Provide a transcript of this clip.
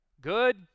Good